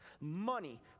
money